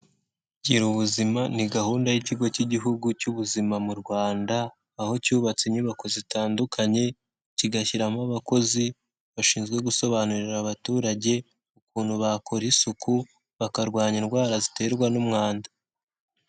Gira ubuzima ni gahunda y'Ikigo cy'Igihugu cy'Ubuzima mu Rwanda, aho cyubatse inyubako zitandukanye, kigashyiramo abakozi bashinzwe gusobanurira abaturage ukuntu bakora isuku, bakarwanya indwara ziterwa n'umwanda.